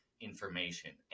information